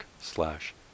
slash